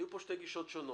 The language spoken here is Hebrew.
היו פה שתי גישות שונות.